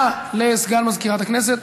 הודעה לסגן מזכירת הכנסת.